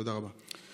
תודה רבה.